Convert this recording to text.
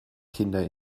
kinder